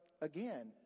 again